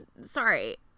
Sorry